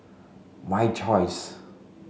my Choice